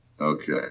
Okay